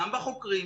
גם בחוקרים,